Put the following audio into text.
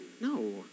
No